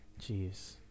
Jeez